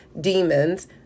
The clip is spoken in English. demons